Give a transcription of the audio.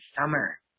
summer